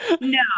No